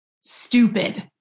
stupid